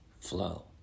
flow